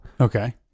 Okay